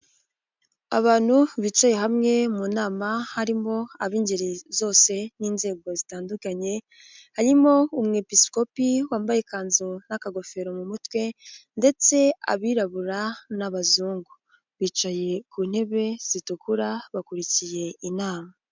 Abantu bicaye hamwe mu nama harimo ab'ingeri zose n'inzego zitandukanye, harimo Umwepisikopi wambaye ikanzu n'akagofero mu mutwe ndetse abirabura n'abazungu bicaye ku ntebe zitukura bakurikiye inama.